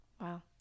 wow